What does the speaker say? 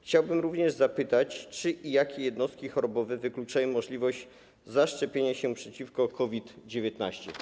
Chciałbym również zapytać, czy i jakie jednostki chorobowe wykluczają możliwość zaszczepienia się przeciwko COVID-19.